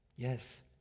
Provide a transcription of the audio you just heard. yes